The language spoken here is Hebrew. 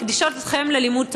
מקדישות את חייהן ללימוד תורה,